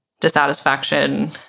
dissatisfaction